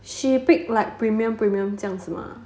she pick like premium premium 这样是吗